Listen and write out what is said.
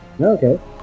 Okay